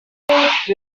iki